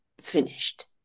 finished